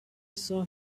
saw